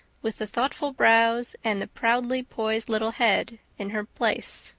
with the thoughtful brows and the proudly poised little head, in her place.